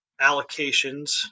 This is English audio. allocations